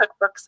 cookbooks